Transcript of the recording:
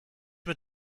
mit